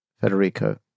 Federico